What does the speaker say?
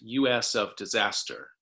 USOfDisaster